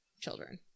children